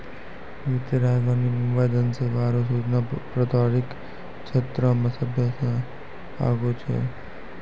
वित्तीय राजधानी मुंबई धन सेवा आरु सूचना प्रौद्योगिकी के क्षेत्रमे सभ्भे से आगू छै